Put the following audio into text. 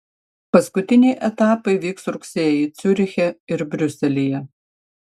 paskutiniai etapai vyks rugsėjį ciuriche ir briuselyje